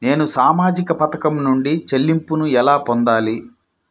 నేను సామాజిక పథకం నుండి చెల్లింపును ఎలా పొందాలి?